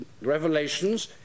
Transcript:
revelations